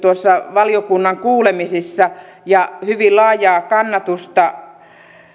valiokunnan kuulemisissa ja hyvin laajaa kannatusta